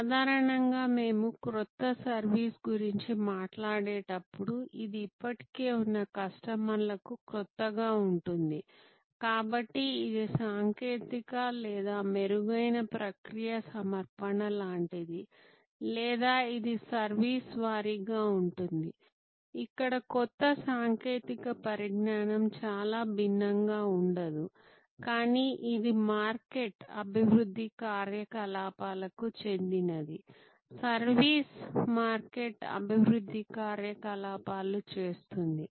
సాధారణంగా మేము క్రొత్త సర్వీస్ గురించి మాట్లాడేటప్పుడు ఇది ఇప్పటికే ఉన్న కస్టమర్లకు క్రొత్తగా ఉంటుంది కాబట్టి ఇది సాంకేతిక లేదా మెరుగైన ప్రక్రియ సమర్పణ లాంటిది లేదా ఇది సర్వీస్ వారీగా ఉంటుంది ఇక్కడ కొత్త సాంకేతిక పరిజ్ఞానం చాలా భిన్నంగా ఉండదు కానీ ఇది మార్కెట్ అభివృద్ధి కార్యకలాపాలకు చెందినది సర్వీస్ మార్కెట్ అభివృద్ధి కార్యకలాపాలు చేస్తుంది